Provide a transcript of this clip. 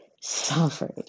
suffered